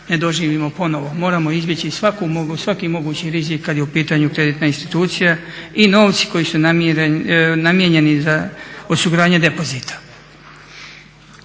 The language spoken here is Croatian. ne doživimo ponovo. Moramo izbjeći svaki mogući rizik kada je u pitanju kreditna institucija i novci koji su namijenjeni na osiguranje depozita.